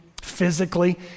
physically